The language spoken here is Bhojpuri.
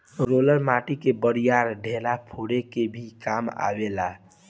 रोलर माटी कअ बड़ियार ढेला फोरे के भी काम आवेला